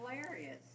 hilarious